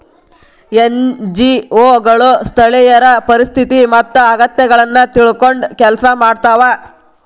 NGO ಗಳು ಸ್ಥಳೇಯರ ಪರಿಸ್ಥಿತಿ ಮತ್ತ ಅಗತ್ಯಗಳನ್ನ ತಿಳ್ಕೊಂಡ್ ಕೆಲ್ಸ ಮಾಡ್ತವಾ